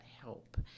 help